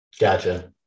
Gotcha